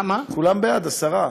כולם בעד, השרה.